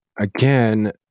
Again